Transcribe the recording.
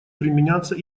применяться